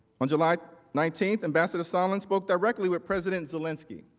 on july nineteenth ambassador sondland spoke directly with president zelensky.